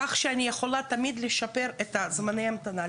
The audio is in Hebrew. כך שאני יכולה תמיד לשפר את זמני ההמתנה.